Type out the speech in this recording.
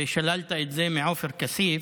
ושללת את זה מעופר כסיף,